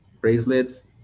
bracelets